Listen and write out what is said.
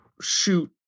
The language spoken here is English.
shoot